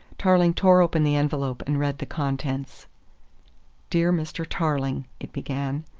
tarling tore open the envelope and read the contents dear mr. tarling, it began.